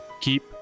keep